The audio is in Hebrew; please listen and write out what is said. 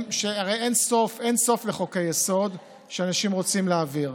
הרי אין סוף לחוקי-היסוד שאנשים רוצים להעביר.